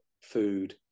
food